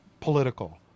political